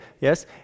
yes